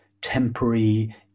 temporary